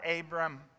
Abram